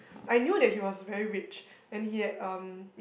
I knew that he was very rich and he had um